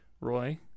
Roy